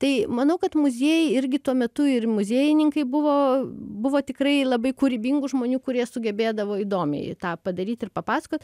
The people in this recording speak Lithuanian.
tai manau kad muziejai irgi tuo metu ir muziejininkai buvo buvo tikrai labai kūrybingų žmonių kurie sugebėdavo įdomiai tą padaryt ir papasakot